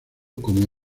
como